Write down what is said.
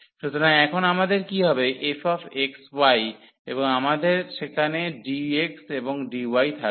সুতরাং এখন আমাদের কী হবে fxy এবং আমাদের সেখানে dx এবং dy থাকবে